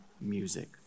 music